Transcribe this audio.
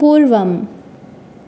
पूर्वम्